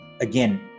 again